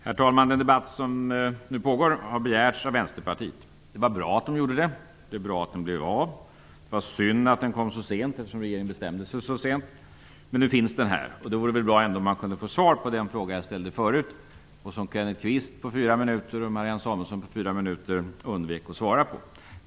Herr talman! Den debatt som nu pågår har begärts av Vänsterpartiet. Det var bra att den begärdes och det var bra att den blev av, men det var synd att den kom så sent eftersom regeringen bestämde sig så sent. Men nu håller vi den här, och det vore bra om jag kunde få svar på den fråga jag ställde förut och som Kenneth Kvist och Marianne Samuelsson under sina respektive 4 minuter undvek att svara på.